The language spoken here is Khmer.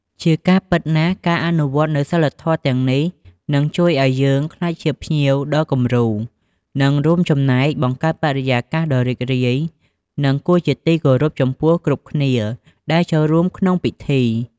ជាការពិតណាស់ ការអនុវត្តនូវសីលធម៌ទាំងនេះ នឹងជួយឱ្យយើងក្លាយជាភ្ញៀវដ៏គំរូ និងរួមចំណែកបង្កើតបរិយាកាសដ៏រីករាយ និងគួរជាទីគោរពចំពោះគ្រប់គ្នាដែលចូលរួមក្នុងពិធី។